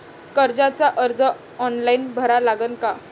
कर्जाचा अर्ज ऑनलाईन भरा लागन का?